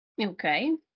okay